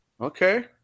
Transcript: Okay